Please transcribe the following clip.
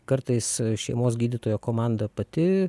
kartais šeimos gydytojo komanda pati